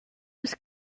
was